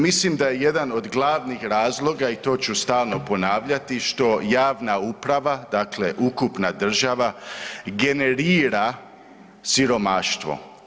Mislim da je jedan od glavnih razloga i to ću stalno ponavljati što javna uprava, dakle ukupna država generira siromaštvo.